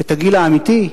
את הגיל האמיתי?